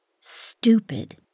Stupid